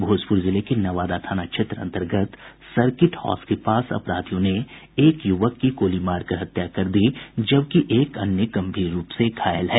भोजपुर जिले के नवादा थाना क्षेत्र अंतर्गत सर्किट हाउस के पास अपराधियों ने एक युवक की गोली मारकर हत्या कर दी जबकि एक अन्य गंभीर रूप से घायल है